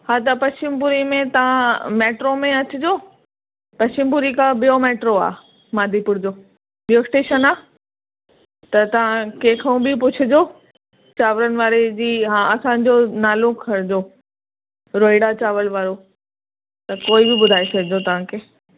हा पश्चिम पुरी में तव्हां मैट्रो में अचिजो पश्चिम पुरी खां ॿियो मैट्रो आहे मादीपुर जो ॿियो स्टेशन आहे त तव्हां कंहिंखां बि पुछिजो चांवरनि वारे जी हा असांजो नालो खणिजो रोहिड़ा चांवर वारो त कोई बि ॿुधाए छॾिंदो तव्हांखे